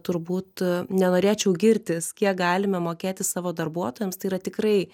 turbūt nenorėčiau girtis kiek galime mokėti savo darbuotojams tai yra tikrai